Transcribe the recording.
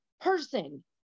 person